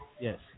Yes